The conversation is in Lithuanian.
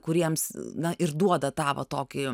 kuriems na ir duoda tą va tokį